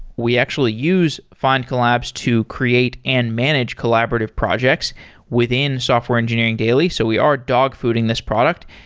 we actually use findcollabs to create and manage collaborative projects within software engineering daily. so we are dog fooding this product.